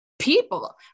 people